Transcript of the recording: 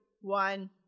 one